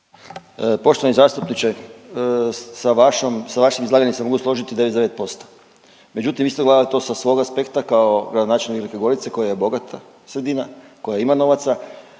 Poštovani zastupniče, sa vašom, sa vašim izlaganjem se mogu složiti 99%, međutim, vi ste to gledali to sa svog aspekta kao gradonačelnik Velike Gorice koja je bogata sredina, koja ima novaca